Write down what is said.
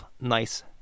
nice